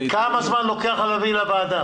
כמה זמן לוקח לכם להביא לוועדה?